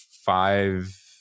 five